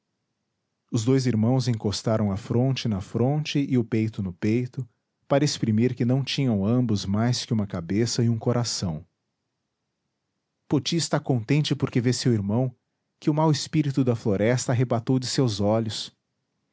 os dois irmãos encostaram a fronte na fronte e o peito no peito para exprimir que não tinham ambos mais que uma cabeça e um coração poti está contente porque vê seu irmão que o mau espírito da floresta arrebatou de seus olhos